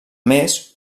més